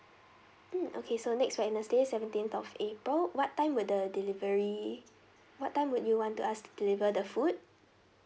mm okay so next wednesday seventeenth of april what time would the delivery what time would you want us deliver the food